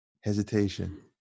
Hesitation